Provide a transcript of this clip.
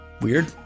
weird